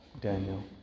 Daniel